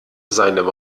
seinem